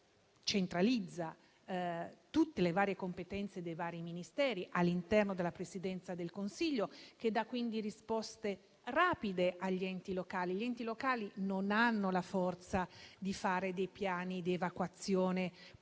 lo Stato che centralizza tutte le competenze dei vari Ministeri all'interno della Presidenza del Consiglio e che dà quindi risposte rapide agli enti locali. Gli enti locali non hanno la forza di fare dei piani di evacuazione puntuali;